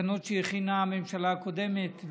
תקנות שהכינה הממשלה הקודמת,